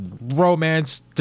romance